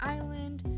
Island